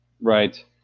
Right